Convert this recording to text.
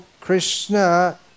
Krishna